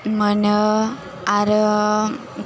मोनो आरो